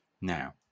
Now